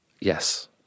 Yes